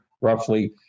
roughly